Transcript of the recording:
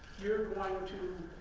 you're going to